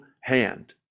hand